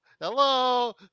Hello